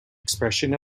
expression